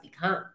become